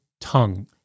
tongue